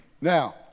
Now